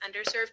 underserved